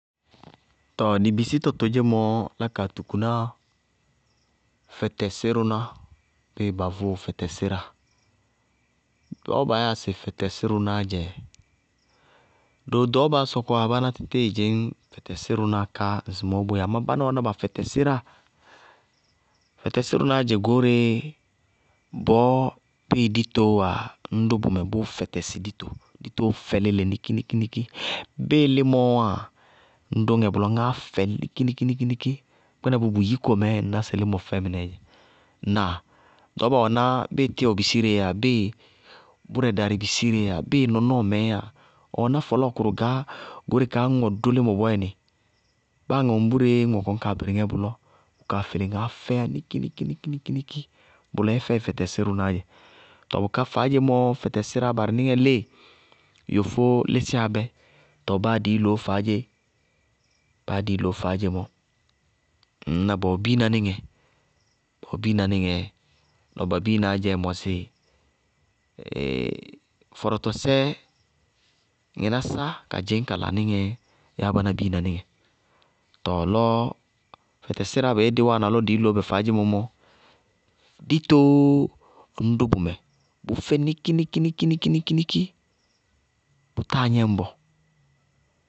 Tɔɔ dɩ bisítɔ todzémɔ lá kaa tukuná fɛtɛsírʋná bíɩ ba vʋʋ fɛtɛsíráa. Bɔɔ baa yáa sɩ fɛtɛsírʋná dzɛ, doo ɖɔɔbaá sɔkɔwá báná títíɩ dzɩñ fɛtɛsírʋná ká ŋsɩmɔɔ boéé amá báná wɛná ba fɛtɛsíráa. Fɛtɛsírʋnáá dzɛ goóreé bɔɔ ñŋ ditoówáa ññ dʋ bʋmɛ bʋʋ fɛtɛsɩ dito ditoó fɛ léle níkíníkíníkí bíɩ límɔɔ wáa ŋñ dʋŋɛ bʋlɔ ŋáá fɛ níkíníkíníkí kpínɛ bʋ bʋ yiko mɛɛ ŋná sɩ límɔ fɛ mɩnɛɛ dzɛ, ŋnáa? Ɖɔɔba wɛná bíɩ tíwɔ bisireé bíɩ bʋrɛ darɩ bisíreé yáa bíɩ nɔnɔɔ mɛɛ yáa ɔ wɛná fɔlɔɔkʋrʋ goóreé kaá ñŋ ɔ dʋ límɔ bɔɔyɛnɩ báa ŋa wɛ mbúre ñŋ ɔ kɔní kaa bɩrɩ ŋɛ bʋlɔ kʋ kaa fɩlɩ ŋaá fɛɛ yá níkíníkíníkí, bʋlɔ yɛ fɛɩ fɛtɛsírʋnáá dzɛ. Tɔɔ bʋká faádzemɔ fɛtɛsíráa barɩ líɩ, yofó lísíyá bɛ, báá dɩí loó faádze, báá dɩí loó faádzemɔ, ŋñná ba wɛ biina níŋɛ, ba wɛ biina níŋɛ. Lɔ ba biinaá dzɛ mɔsɩ fɔrɔtɔsɛ ŋɩnásáá ka dzɩñ kala níŋɛ yáa báná biina níŋɛ. Tɔɔ lɔ fɛtɛsíráa badzé dí wáana lɔ dɩí loó bɛ faádzemɔ mɔ, ditoó ŋñ dʋ bʋmɛ bʋ fɛ níkíníkíníkí, bʋ táa gnɛŋ bɔɔ.